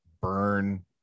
burn